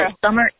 Summer